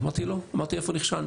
אמרתי: לא, אמרתי איפה נכשלנו.